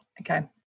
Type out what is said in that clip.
Okay